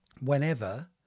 whenever